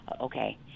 Okay